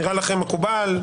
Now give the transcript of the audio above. נשמע לכם מקובל?